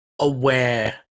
aware